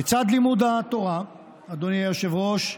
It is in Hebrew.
לצד לימוד התורה, אדוני היושב-ראש,